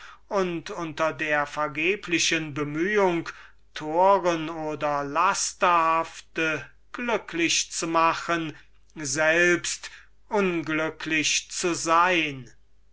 und unter der vergeblichen bemühung toren oder lasterhafte glücklich zu machen selbst unglücklich zu sein